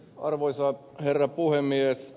arvoisa herra puhemies